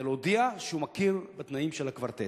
זה להודיע שהוא מכיר בתנאים של הקוורטט,